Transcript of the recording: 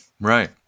right